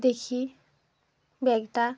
দেখি ব্যাগটা